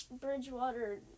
Bridgewater